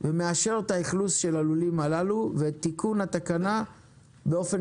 ומאפשר את האכלוס של הלולים הללו ותיקון התקנה באופן